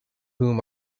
whom